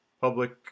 public